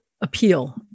appeal